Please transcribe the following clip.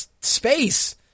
space